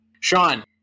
Sean